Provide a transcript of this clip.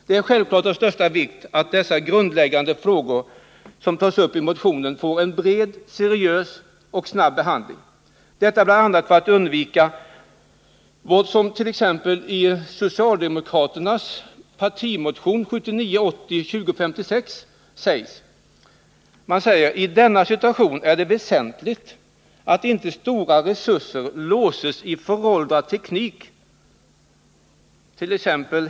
Det är självklart av största vikt att de grundläggande frågor som tas upp i motionen får en mycket bred, seriös och snabb behandling, detta bl.a. för att undvika vad socialdemokraterna påpekar i sin partimotion 1979/80:2056: ”I denna situation är det väsentligt att inte stora resurser låses i föråldrad teknik” —t.ex.